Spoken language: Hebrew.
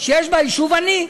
שיש בה יישוב עני,